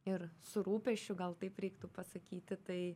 ir su rūpesčiu gal taip reiktų pasakyti tai